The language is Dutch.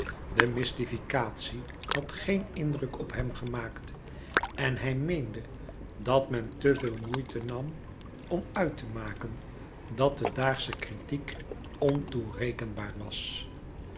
de mystificatie had geen indruk op hem gemaakt en hij meende dat men te veel moeite nam om uittemaken dat de daagsche kritiek ontoerekenbaar was